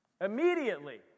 immediately